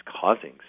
causing